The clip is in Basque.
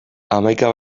hamaika